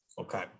Okay